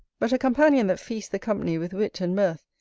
but a companion that feasts the company with wit and mirth,